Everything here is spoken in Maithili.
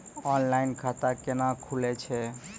ऑनलाइन खाता केना खुलै छै?